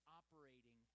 operating